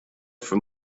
from